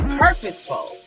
purposeful